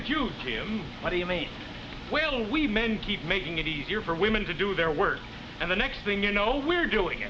jim what do you mean well we men keep making it easier for women to do their work and the next thing you know we're doing